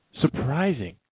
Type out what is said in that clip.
Surprising